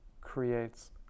creates